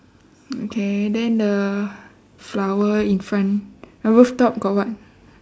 okay then the flower in front the roof top got what